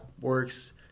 works